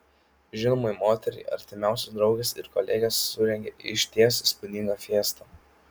žinomai moteriai artimiausios draugės ir kolegės surengė išties įspūdingą fiestą